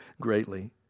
greatly